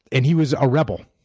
and he was a rebel,